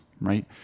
right